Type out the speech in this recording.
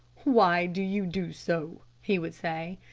why do you do so? he would say.